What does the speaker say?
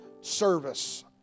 service